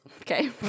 Okay